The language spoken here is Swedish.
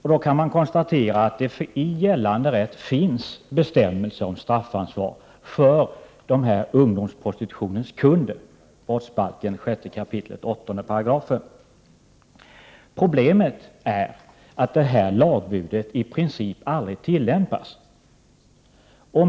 Man kan då konstatera att det i gällande rätt finns bestämmelser om straffansvar för ungdomsprostitutionens kunder; det är brottsbalken 6 kap. 8 §. Problemet är att det lagbudet i princip aldrig tillämpas.